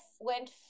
went